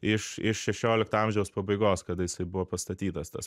iš iš šešiolikto amžiaus pabaigos kada jisai buvo pastatytas tas